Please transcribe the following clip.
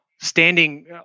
standing